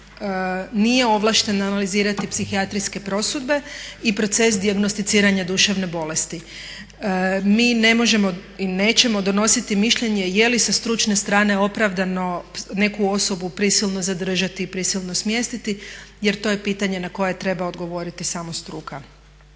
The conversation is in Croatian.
nije ovlašten analizirati psihijatrijske prosudbe i proces dijagnosticiranja duševne bolesti. Mi ne možemo i nećemo donositi mišljenje je li sa stručne strane opravdano neku osobu prisilno zadržati i prisilno smjestiti, jer to je pitanje na koje treba odgovoriti samo struka.